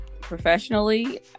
professionally